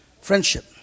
Friendship